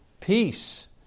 peace